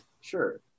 Sure